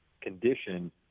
condition